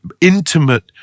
intimate